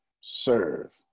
Serve